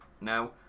now